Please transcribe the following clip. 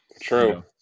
True